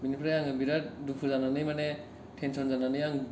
बेनिफ्राय आङो बिराथ दुखु जानानै माने टेनसन जानानै आं